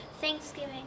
Thanksgiving